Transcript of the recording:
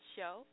Show